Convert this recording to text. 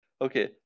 Okay